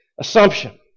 assumption